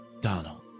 Donald